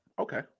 Okay